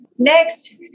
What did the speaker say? Next